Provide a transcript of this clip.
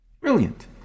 Brilliant